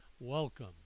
Welcome